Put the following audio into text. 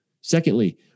Secondly